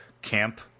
Camp